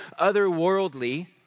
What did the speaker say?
otherworldly